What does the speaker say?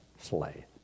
slay